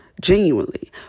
genuinely